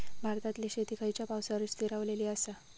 भारतातले शेती खयच्या पावसावर स्थिरावलेली आसा?